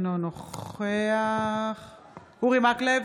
אינו נוכח אורי מקלב,